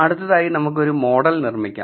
അടുത്തതായി നമുക്ക് ഒരു മോഡൽ നിർമ്മിക്കാം